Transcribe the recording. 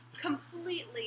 completely